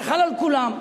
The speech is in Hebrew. זה חל על כולם.